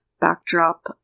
backdrop